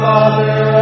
Father